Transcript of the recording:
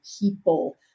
people